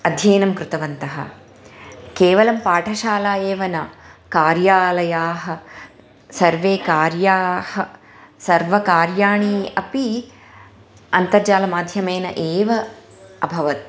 अध्ययनं कृतवन्तः केवलं पाठशाला एव न कार्यालयाः सर्वे कार्याणि सर्वकार्याणी अपि अन्तर्जालमाध्यमेन एव अभवत्